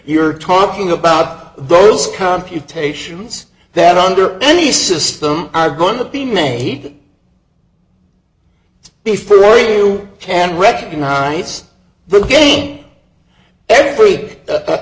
you're talking about those computations that under any system are going to be made before you can recognize the game every